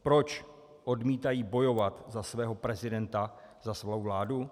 Proč odmítají bojovat za svého prezidenta, za svou vládu?